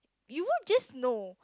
you will just know